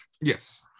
yes